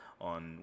on